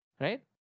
Right